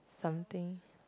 something